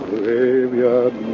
Graveyard